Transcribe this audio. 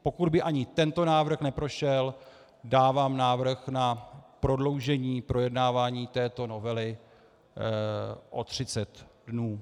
Pokud by ani tento návrh neprošel, dávám návrh na prodloužení projednávání této novely o 30 dnů.